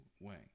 Wang